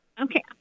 Okay